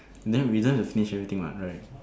and then we don't have to finish everything what right